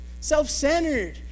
self-centered